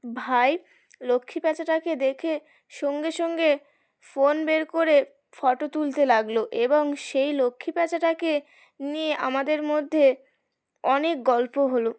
ভাই লক্ষ্মী প্যাঁচাটাকে দেখে সঙ্গে সঙ্গে ফোন বের করে ফটো তুলতে লাগল এবং সেই লক্ষ্মী প্যাঁচাটাকে নিয়ে আমাদের মধ্যে অনেক গল্প হলো